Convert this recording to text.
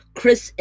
Chris